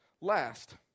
last